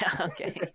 Okay